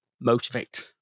motivate